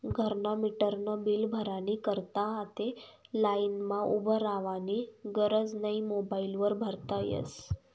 घरना मीटरनं बील भरानी करता आते लाईनमा उभं रावानी गरज नै मोबाईल वर भरता यस